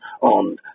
on